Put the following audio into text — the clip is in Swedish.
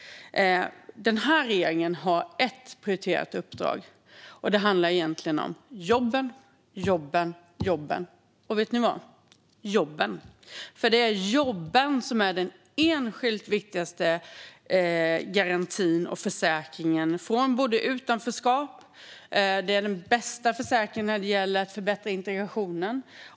Den här regeringen har ett prioriterat uppdrag, och det handlar om jobben. Jobben är den enskilt viktigaste och bästa garantin och försäkringen mot både utanförskap och bristande integration.